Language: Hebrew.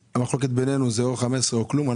המחלוקת בינינו היא בין 15 לבין כלום.